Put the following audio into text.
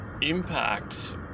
impact